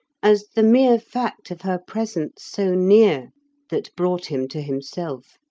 as the mere fact of her presence so near that brought him to himself.